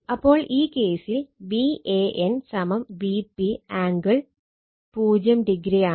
അപ്പോൾ ഈ കേസിൽ Van Vp ആംഗിൾ 0o ആണ്